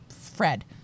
Fred